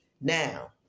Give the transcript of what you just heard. Now